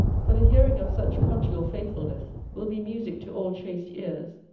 for the hearing of such conjugal faithfulness will be musick to all chaste ears,